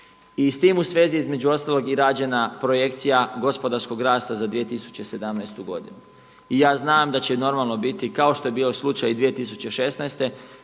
I s tim u svezi između ostalog je i rađena projekcija gospodarskog rasta za 2017. godinu. I ja znam da će normalno biti, kao što je bio slučaj i 2016.,